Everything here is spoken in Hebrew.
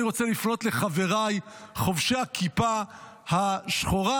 אני רוצה לפנות לחבריי חובשי הכיפה השחורה,